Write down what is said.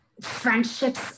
friendships